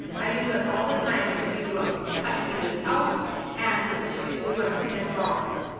i use it all the time to cut images out and to emboss.